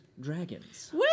dragons